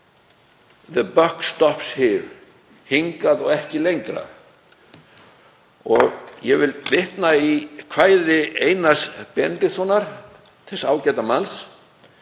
„The buck stops here.“ Hingað og ekki lengra. Ég vil vitna í kvæði Einars Benediktssonar, þess ágæta manns,